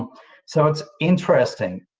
so it's interesting.